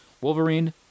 Wolverine